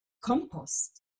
compost